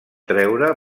treure